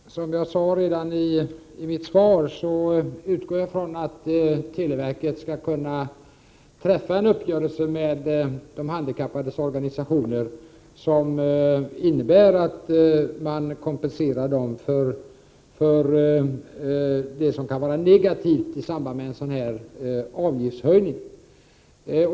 Herr talman! Som jag sade redan i mitt svar så utgår jag ifrån att televerket skall kunna träffa en uppgörelse med de handikappades organisationer, som innebär att man kompenserar för det som kan vara negativt i samband med en sådan här avgiftshöjning.